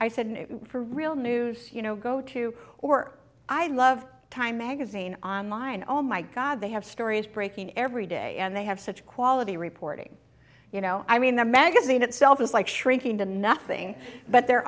i said for real news you know go to or i love time magazine online oh my god they have stories breaking every day and they have such quality reporting you know i mean the magazine itself is like shrinking to nothing but the